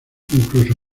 incluso